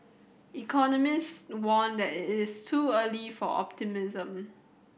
Economists warned that it is too early for optimism